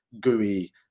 gooey